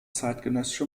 zeitgenössische